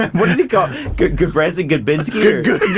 what did he call gudbranson? gudbinsky, or